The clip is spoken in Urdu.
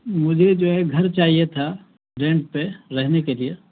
مجھے جو ہے گھر چاہیے تھا رینٹ پہ رہنے کے لیے